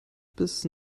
bis